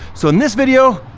so in this video,